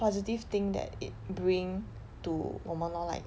positive thing that it bring to 我们 lor like